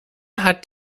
hat